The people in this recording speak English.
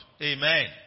Amen